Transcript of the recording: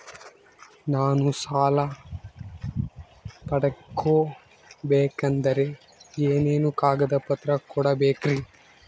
ನಾನು ಸಾಲ ಪಡಕೋಬೇಕಂದರೆ ಏನೇನು ಕಾಗದ ಪತ್ರ ಕೋಡಬೇಕ್ರಿ?